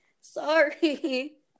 Sorry